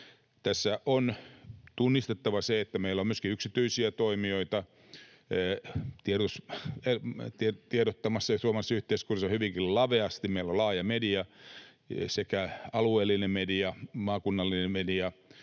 Tässä on tunnistettava se, että meillä on suomalaisessa yhteiskunnassa myöskin yksityisiä toimijoita tiedottamassa hyvinkin laveasti. Meillä on laaja media, sekä alueellinen media, maakunnallinen media,